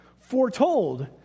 foretold